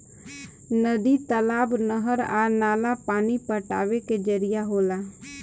नदी, तालाब, नहर आ नाला पानी पटावे के जरिया होला